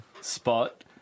Spot